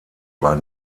war